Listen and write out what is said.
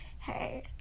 hey